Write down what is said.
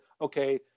okay